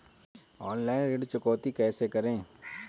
Online ऋण चुकौती कैसे करें?